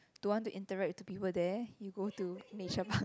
don't want to interact with the people there you go to nature park